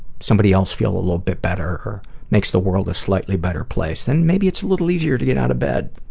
somebody else feel a little bit better or makes the world a slightly better place? then maybe it's a little bit easier to get out of bed.